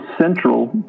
central